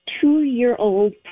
Two-year-old